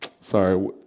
sorry